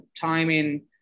timing